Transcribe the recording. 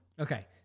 Okay